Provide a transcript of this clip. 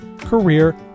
career